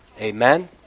Amen